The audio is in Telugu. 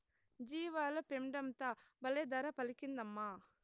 జీవాల పెండంతా బల్లే ధర పలికిందమ్మా